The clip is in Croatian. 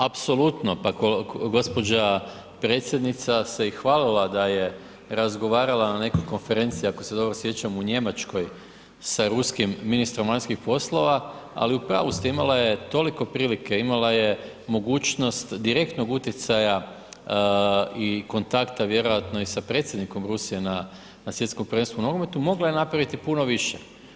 Apsolutno, pa gđa. predsjednica se i hvalila da je razgovarala na nekoj konferenciji, ako se dobro sjećam, u Njemačkoj sa ruskim ministrom vanjskih poslova, ali u pravu ste, imala je toliko prilike, imala je mogućnost direktnog utjecaja i kontakta vjerojatno i sa predsjednikom Rusije na Svjetskom prvenstvu u nogometu, mogla je napraviti puno više.